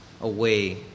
away